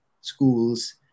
schools